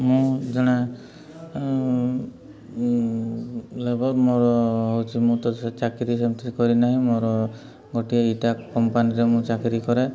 ମୁଁ ଜଣେ ଲେବର୍ ମୋର ହେଉଛି ମୁଁ ତ ସେ ଚାକିରୀ ସେମିତି କରିନାହିଁ ମୋର ଗୋଟିଏ ଇଟା କମ୍ପାନୀରେ ମୁଁ ଚାକିରୀ କରେ